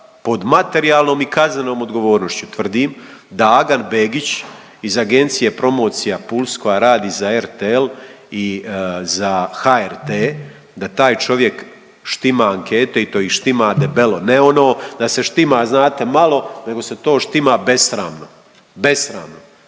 pod materijalnom i kaznenom odgovornošću tvrdim da Agan Begić iz agencije Promocija plus koja radi za RTL i za HRT da taj čovjek štima ankete i to ih štima debelo, ne ono da se štima znate malo nego se to štima besramno, besramno.